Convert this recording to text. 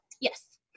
Yes